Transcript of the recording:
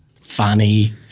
Funny